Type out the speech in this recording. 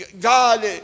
God